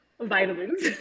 Vitamins